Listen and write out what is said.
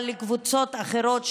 אבל לקבוצות אחרות.